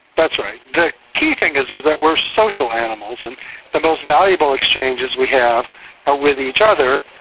that's right. the key thing is is that we're social animals and the most valuable exchanges we have are with each other,